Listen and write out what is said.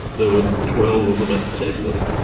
there were twelve of them at the table i think,